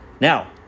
Now